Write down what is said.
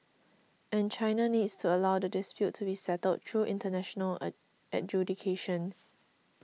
and China needs to allow the dispute to be settled through international a adjudication